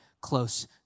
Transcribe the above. close